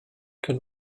can